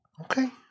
Okay